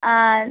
ஆ